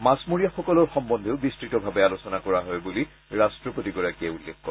মাছমৰীয়াসকলৰ সম্বন্ধেও বিস্তৃতভাৱে আলোচনা কৰা হয় বুলিও ৰাষ্ট্ৰপতিগৰাকীয়ে উল্লেখ কৰে